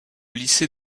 lycée